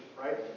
right